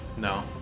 No